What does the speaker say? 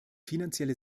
finanzielle